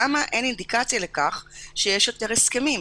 למה אין אינדיקציה לכך שיש יותר הסכמים,